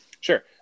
Sure